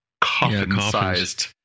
coffin-sized